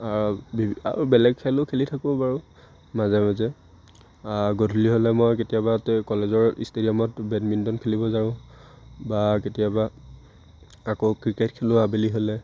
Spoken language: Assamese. আৰু বেলেগ খেলো খেলি থাকোঁ বাৰু মাজে মাজে গধূলি হ'লে মই কেতিয়াবা কলেজৰ ষ্টেডিয়ামত বেডমিণ্টন খেলিব যাওঁ বা কেতিয়াবা আকৌ ক্ৰিকেট খেলোঁ আবেলি হ'লে